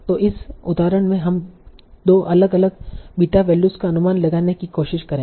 तो इस उदाहरण में हम 2 अलग अलग बीटा वैल्यूज का अनुमान लगाने की कोशिश करेंगे